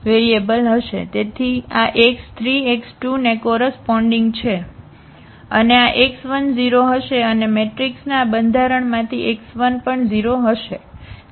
તેથી તેથી આ x3x2 ને કોરસપોન્ડીગ છે અને આ x1 0 હશે અને મેટ્રિક્સના આ બંધારણમાંથી x1 પણ 0 હશે